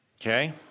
Okay